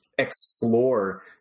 explore